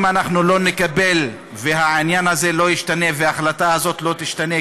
אם לא נקבל והעניין הזה לא ישתנה וההחלטה הזאת לא תשתנה,